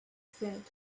said